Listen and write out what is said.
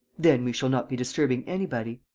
then we shall not be disturbing anybody.